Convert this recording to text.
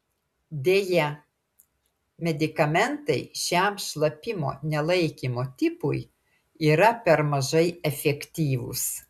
deja medikamentai šiam šlapimo nelaikymo tipui yra per mažai efektyvūs